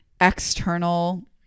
external